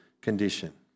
condition